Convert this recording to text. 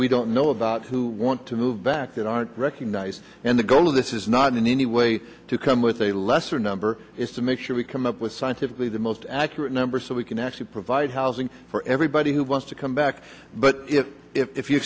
we don't know about who want to move back that aren't recognised and the goal of this is not in any way to come with a lesser number is to make sure we come up with scientifically the most accurate number so we can actually provide housing for everybody who wants to come back but if